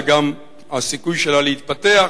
וגם הסיכוי שלה להתפתח,